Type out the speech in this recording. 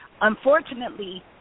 Unfortunately